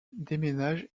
déménage